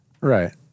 Right